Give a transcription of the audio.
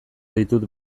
ditut